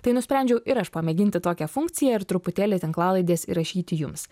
tai nusprendžiau ir aš pamėginti tokią funkciją ir truputėlį tinklalaidės įrašyti jums